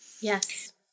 Yes